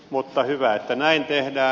mutta hyvä että näin tehdään